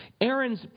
Aaron's